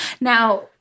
Now